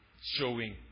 showing